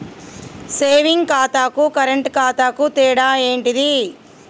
Saving ఖాతాకు current ఖాతాకు తేడా ఏంటిది?